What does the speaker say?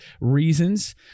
reasons